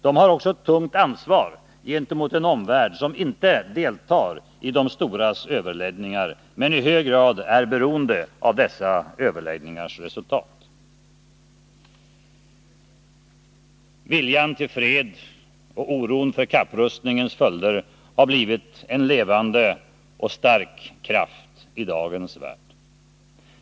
De har också ett tungt ansvar gentemot en omvärld, som inte deltar i de storas överläggningar, men som i hög grad är beroende av resultatet av dem. Viljan till fred och oron för kapprustningens följder har blivit en levande och stark kraft i dagens värld.